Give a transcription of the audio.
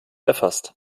erfasst